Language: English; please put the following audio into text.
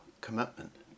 commitment